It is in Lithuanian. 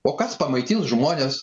o kas pamaitins žmones